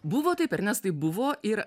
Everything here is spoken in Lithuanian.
buvo taip ernestai buvo ir